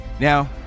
Now